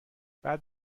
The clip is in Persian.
بعد